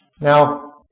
Now